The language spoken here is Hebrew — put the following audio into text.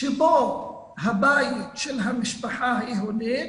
שבו הבית של המשפחה היהודית